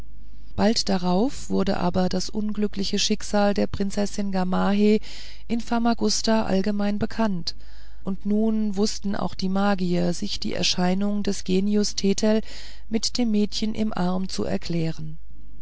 bald darauf wurde aber das unglückliche schicksal der prinzessin gamaheh in famagusta allgemein bekannt und nun wußten auch die magier sich die erscheinung des genius thetel mit dem mädchen im arm zu erklären